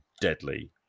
deadly